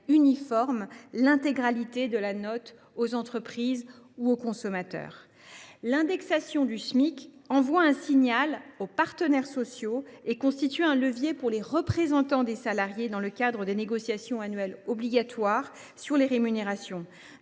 uniforme l’intégralité de la note aux entreprises ou aux consommateurs. L’indexation du Smic envoie un signal aux partenaires sociaux. Elle constitue un levier pour les représentants des salariés dans le cadre des négociations annuelles obligatoires sur les rémunérations,